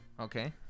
Okay